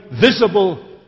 visible